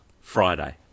Friday